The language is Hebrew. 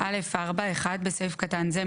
"(א4) (1) בסעיף קטן זה,